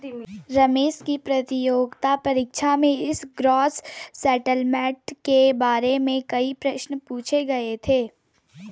रमेश की प्रतियोगिता परीक्षा में इस ग्रॉस सेटलमेंट के बारे में कई प्रश्न पूछे गए थे